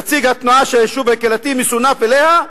"נציג התנועה שהיישוב הקהילתי מסונף אליה,